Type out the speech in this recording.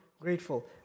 grateful